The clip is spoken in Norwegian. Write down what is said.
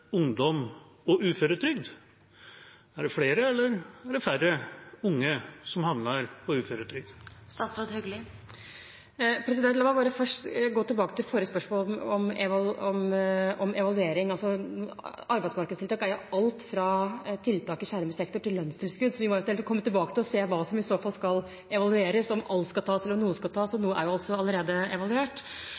ungdom og uføretrygd? Er det flere, eller er det færre unge som havner på uføretrygd? La meg bare først gå tilbake til forrige spørsmål, om evaluering. Arbeidsmarkedstiltak er alt fra tiltak i skjermet sektor til lønnstilskudd. Vi må eventuelt komme tilbake til hva som i så fall skal evalueres – om alt skal tas, eller om noe skal tas. Noe er jo også allerede evaluert.